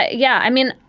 ah yeah. i mean.